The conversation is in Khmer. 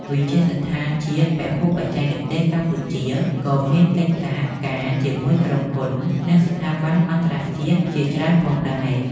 វិទ្យាស្ថានជាតិពហុបច្ចេកទេសកម្ពុជាក៏មានកិច្ចសហការជាមួយក្រុមហ៊ុននិងស្ថាប័នអន្តរជាតិជាច្រើនផងដែរ។